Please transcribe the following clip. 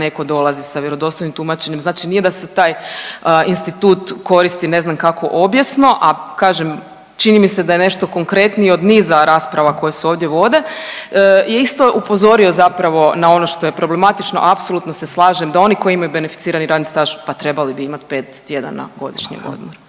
netko dolazi sa vjerodostojnim tumačenjem. Znači nije da se taj institut koristi ne znam kako obijesno, a kažem čini mi se da je nešto konkretnije od niza rasprava koje se ovdje vode je isto upozorio zapravo na ono što je problematično. Apsolutno se slažem da oni koji imaju beneficirani radni staž pa trebali bi imati pet tjedana godišnjeg odmora.